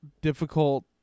difficult